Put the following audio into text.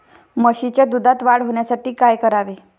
म्हशीच्या दुधात वाढ होण्यासाठी काय करावे?